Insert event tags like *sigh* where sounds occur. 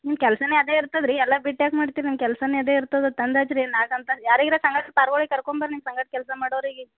ನಿಮ್ಮ ಕೆಲಸನೇ ಅದೇ ಇರ್ತದೆ ರೀ ಎಲ್ಲ ಬಿಟ್ಟು ಯಾಕೆ ಮಾಡ್ತೀರಾ ನಿಮ್ಮ ಕೆಲಸನೇ ಅದೇ ಇರ್ತದೆ ತಂದು ಹಚ್ಚಿ ರೀ ನಾಲ್ಕು ಅಂತಸ್ತಿಗೆ ಯಾರಿರ *unintelligible* ಕರ್ಕೊಂಬರ್ರಿ ಸರ್ಯಾಗಿ ಕೆಲಸ ಮಾಡೋರಿಗೆ